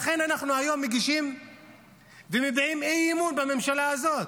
לכן היום אנחנו מגישים ומביעים אי-אמון בממשלה הזאת,